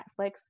Netflix